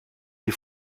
des